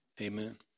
amen